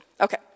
Okay